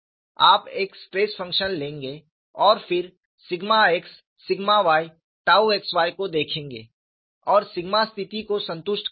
आप एक stress function लेंगे और फिर sigma x sigma y tau xy को देखेंगे और सीमा स्थिति को संतुष्ट करेंगे